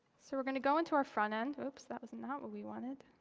so we're going to go into our front end. oops, that was not what we wanted.